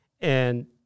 And-